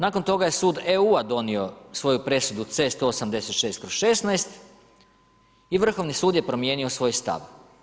Nakon toga je sud EU donio svoju presudu C186/16 i Vrhovni sud je promijenio svoj stav.